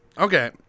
Okay